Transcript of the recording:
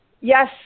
yes